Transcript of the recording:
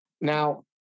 Now